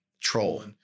troll